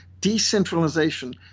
decentralization